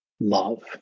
Love